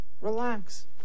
Relax